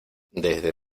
desde